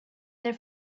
their